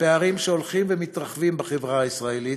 פערים שהולכים ומתרחבים בחברה הישראלית,